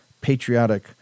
patriotic